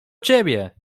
ciebie